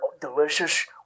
delicious